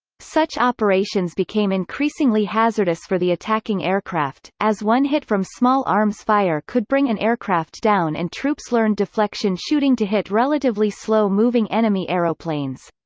such operations became increasingly hazardous for the attacking aircraft, as one hit from small arms fire could bring an aircraft down and troops learned deflection shooting to hit relatively slow moving enemy aeroplanes.